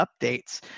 updates